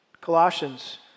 Colossians